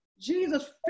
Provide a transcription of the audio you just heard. Jesus